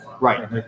Right